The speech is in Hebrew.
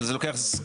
אבל זה לוקח זמן.